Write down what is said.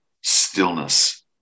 stillness